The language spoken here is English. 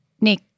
Nick